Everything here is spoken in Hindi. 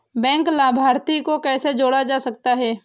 बैंक लाभार्थी को कैसे जोड़ा जा सकता है?